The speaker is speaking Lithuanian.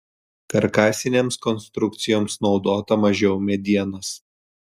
karkasinėms konstrukcijoms naudota mažiau medienos